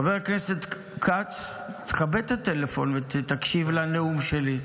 חבר הכנסת כץ, תכבה את הטלפון ותקשיב לנאום שלי.